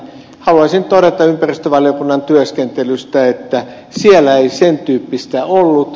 haluaisin todeta ympäristövaliokunnan työskentelystä että siellä ei sen tyyppistä ollut